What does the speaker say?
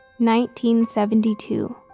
1972